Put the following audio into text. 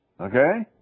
Okay